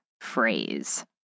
phrase